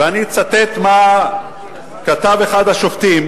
ואני אצטט מה כתב אחד השופטים